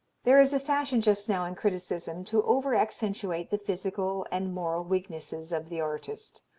there is a fashion just now in criticism to over-accentuate the physical and moral weaknesses of the artist.